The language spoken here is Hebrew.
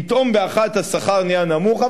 ופתאום באחת השכר נהיה נמוך.